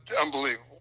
unbelievable